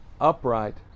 upright